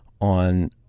on